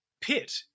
pit